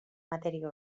matèria